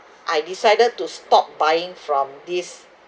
I decided to stop buying from this